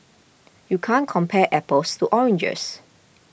you can't compare apples to oranges